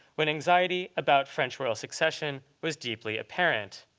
when anxiety about french royal succession was deeply apparent.